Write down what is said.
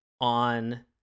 on